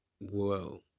Whoa